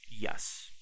yes